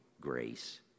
grace